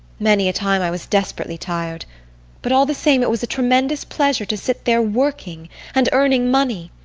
many a time i was desperately tired but all the same it was a tremendous pleasure to sit there working and earning money.